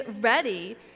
ready